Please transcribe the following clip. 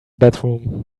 bedroom